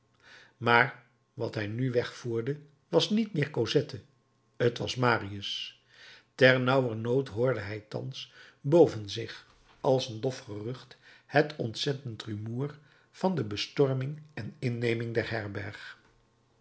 maar wat hij nu wegvoerde was niet meer cosette t was marius ternauwernood hoorde hij thans boven zich als een dof gerucht het ontzettend rumoer van de bestorming en inneming der herberg